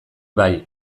bai